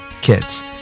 kids